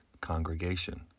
congregation